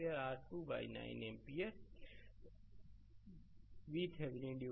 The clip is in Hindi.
तो यह R2 9 एम्पियर VThevenin RThevenin 3 है